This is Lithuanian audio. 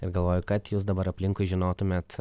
ir galvoju kad jūs dabar aplinkui žinotumėt